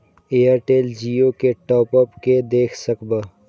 Airtel Jio के top up के देख सकब?